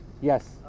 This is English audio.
Yes